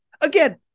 Again